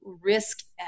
risk